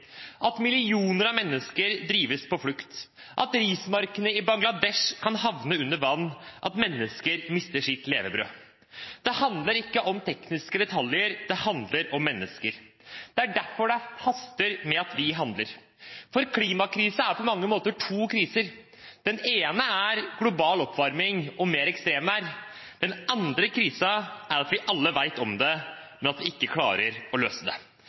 at millioner av mennesker drives på flukt, at rismarkene i Bangladesh kan havne under vann, slik at mennesker mister sitt levebrød. Det handler ikke om tekniske detaljer, det handler om mennesker. Det er derfor det haster med at vi handler. Klimakrise er på mange måter to kriser. Den ene er global oppvarming og mer ekstremvær. Den andre krisen er at vi alle vet om det, men at vi ikke klarer å løse det.